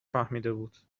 فهمیدهبود